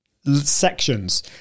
sections